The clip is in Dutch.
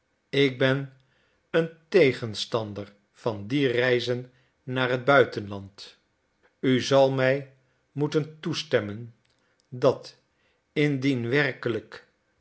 ik ben een tegenstander van die reizen naar het buitenland u zal mij moeten toestemmen dat indien werkelijk